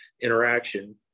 interaction